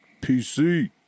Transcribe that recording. PC